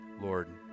Lord